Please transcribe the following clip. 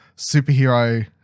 superhero